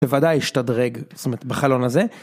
בוודאי השתדרג, זאת אומרת בחלון הזה.